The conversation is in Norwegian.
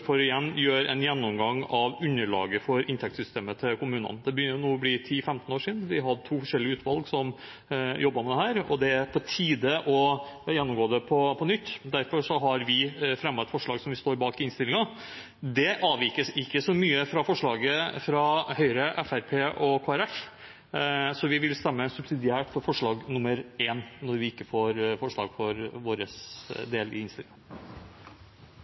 for igjen å gjøre en gjennomgang av underlaget for inntektssystemet til kommunene. Det begynner nå å bli 10–15 år siden vi hadde to forskjellige utvalg som jobbet med dette, og det er på tide å gjennomgå det på nytt. Derfor har vi fremmet et forslag om det i innstillingen. Det avviker ikke så mye fra forslaget fra Høyre, Fremskrittspartiet og Kristelig Folkeparti, så vi vil stemme subsidiært for forslag nr. 1, når vi ikke får flertall for vårt forslag i